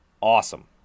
Awesome